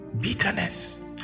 bitterness